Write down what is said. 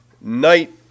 night